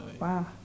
Wow